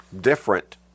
different